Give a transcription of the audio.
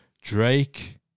Drake